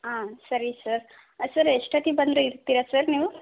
ಹಾಂ ಸರಿ sir sir ಎಷ್ಟೊತ್ತಿಗೆ ಬಂದರೆ ಇರ್ತೀರಾ ಸರ್ ನೀವು